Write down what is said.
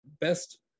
best